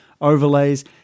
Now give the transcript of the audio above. overlays